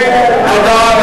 תודה.